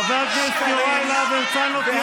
חבר הכנסת יוראי להב הרצנו,